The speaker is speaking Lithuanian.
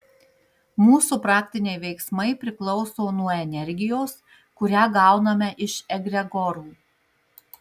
mūsų praktiniai veiksmai priklauso nuo energijos kurią gauname iš egregorų